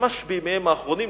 ממש בימיהם האחרונים.